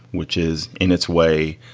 which is in its way,